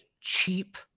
cheap